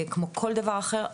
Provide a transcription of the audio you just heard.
כמו כל דבר אחר,